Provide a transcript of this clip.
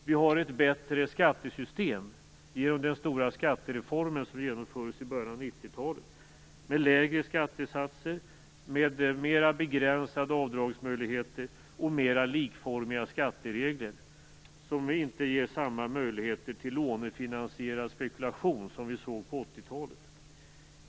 Vi har ett bättre skattesystem, genom den stora skattereform som genomfördes i början av 90-talet, med lägre skattesatser, mera begränsade avdragsmöjligheter och mer likformiga skatteregler, som inte ger samma möjligheter till lånefinansierad spekulation som på 80-talet.